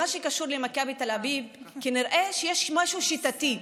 במה שקשור למכבי תל אביב, כנראה שיש משהו שיטתי.